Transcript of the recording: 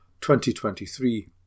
2023